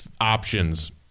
options